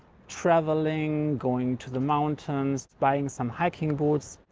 traveling, going to the mountains, buying some hiking boots.